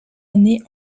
année